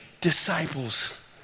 disciples